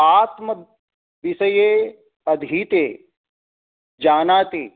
आत्मविषये अधीते जानाति